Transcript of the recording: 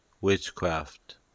witchcraft